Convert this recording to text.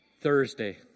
Thursday